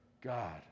God